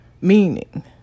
Meaning